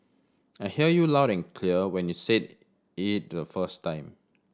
I hear you loud and clear when you said it the first time